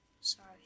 sorry